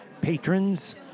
patrons